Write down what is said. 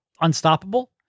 unstoppable